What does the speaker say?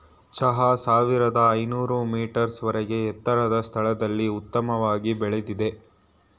ಚಹಾ ಸಾವಿರ್ದ ಐನೂರ್ ಮೀಟರ್ಸ್ ವರ್ಗೆ ಎತ್ತರದ್ ಸ್ಥಳದಲ್ಲಿ ಉತ್ತಮವಾಗ್ ಬೆಳಿತದೆ